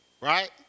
right